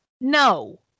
No